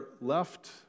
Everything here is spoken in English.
left